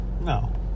No